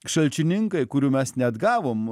šalčininkai kurių mes neatgavom